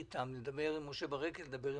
ענת,